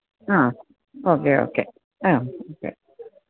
ആ okay okay ആ okay